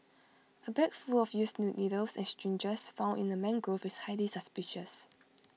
A bag full of used needles and syringes found in A mangrove is highly suspicious